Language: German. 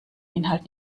inhalt